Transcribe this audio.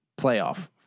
playoff